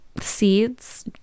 seeds